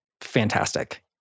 fantastic